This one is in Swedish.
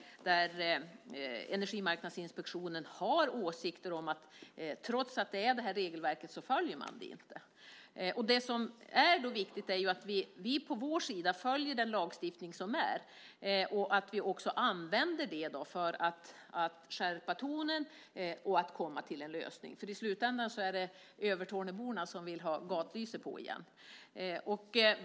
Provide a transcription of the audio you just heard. Energimarknadsinspektionen har åsikten att trots att det här regelverket finns följer inte företaget det. Det som är viktigt är att vi från vår sida följer den lagstiftning som finns och att vi använder den för att skärpa tonen och komma fram till en lösning. I slutändan är det ju Övertorneåborna som vill ha gatubelysningen på igen.